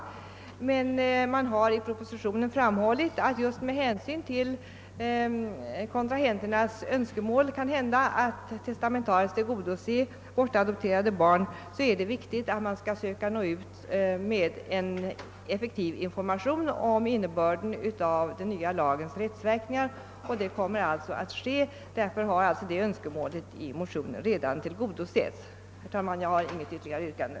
I propositionen har det emellertid framhållits att det just med hänsyn till kontrahenternas eventuella önskemål att testamentariskt tillgodose bortadopterade barn är viktigt att nå ut med en effektiv information om innebörden av den nya lagens rättsverkningar, och det kommer alltså att ske. Därför har det önskemålet i motionen redan tillgodosetts. Herr talman! Jag har inget ytterligare yrkande.